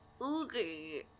Okay